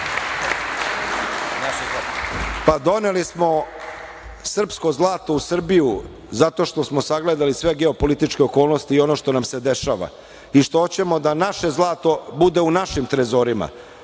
Pa doneli smo srpsko zlato u Srbiju zato što smo sagledali sve geopolitičke okolnosti i ono što nam se dešava i što hoćemo da naše zlato bude u našim trezorima,